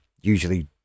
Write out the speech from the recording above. Usually